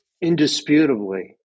indisputably